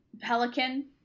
pelican